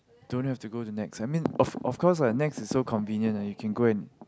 don't have to go to Nex I mean of of course lah Nex is so convenient lah you can go and